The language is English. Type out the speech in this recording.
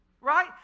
right